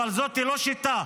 אבל זאת לא שיטה.